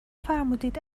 فرمودید